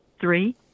three